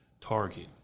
Target